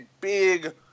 big